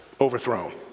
overthrown